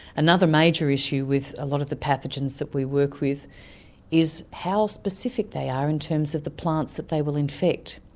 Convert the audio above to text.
another major issue with a lot of the pathogens that we work with is how specific they are in terms of the plants that they will infect.